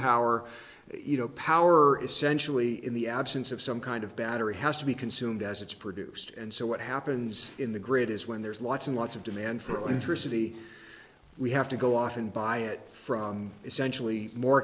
power you know power essentially in the absence of some kind of battery has to be consumed as it's produced and so what happens in the grid is when there's lots and lots of demand for electricity we have to go out and buy it from essentially more